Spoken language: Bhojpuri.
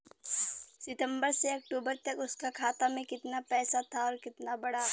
सितंबर से अक्टूबर तक उसका खाता में कीतना पेसा था और कीतना बड़ा?